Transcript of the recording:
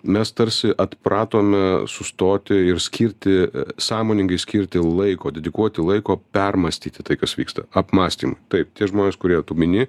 mes tarsi atpratome sustoti ir skirti sąmoningai skirti laiko dedikuoti laiko permąstyti tai kas vyksta apmąstymui taip tie žmonės kurie tu mini